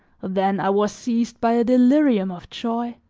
then i was seized by a delirium of joy,